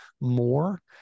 more